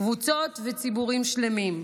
קבוצות וציבורים שלמים.